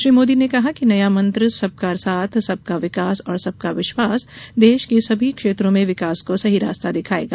श्री मोदी ने कहा कि नया मंत्र सबका साथ सबका विकास और सबका विश्वास देश के सभी क्षेत्रों में विकास को सही रास्ता दिखाएगा